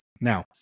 Now